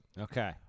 Okay